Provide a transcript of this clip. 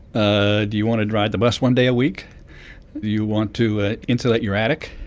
ah do you want to ride the bus one day a week? do you want to ah insulate your attic?